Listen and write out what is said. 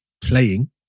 playing